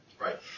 Right